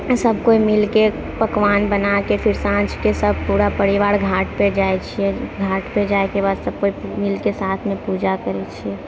सभ केओ मिलके पकवान बनाकऽ फिर साँझके सभ पूरा परिवार घाट पर जाइ छिऐ घाट पर जाइके बाद सभ केओ मिलके साथमे पूजा करै छिऐ